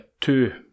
two